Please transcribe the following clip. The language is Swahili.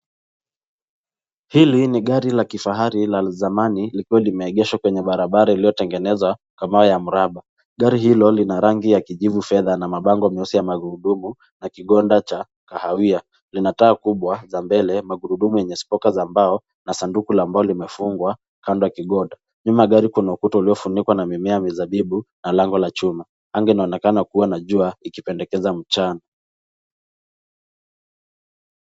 Hili ni gari la kifahari la zamani likuwa limeegeshwa kwenye barabara iliyotengenezwa kwa mawe ya mraba. Gari hilo lina rangi ya kijivu fedha na mabango na kingoda cha kahawia. Lina taa kubwa za mbele, magurudumu yenye spoka za mbao na sanduku ambalo limefungwa kando ya kigoda. Nyuma ya gari kuna ukuta uliofunikwa na mimea mizabibu na lango la chuma. Anga inaonekana kuwa na jua, ikipendekeza mchana.